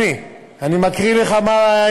תודה רבה.